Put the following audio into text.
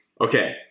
Okay